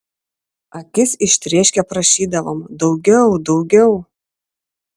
akis ištrėškę prašydavom daugiau daugiau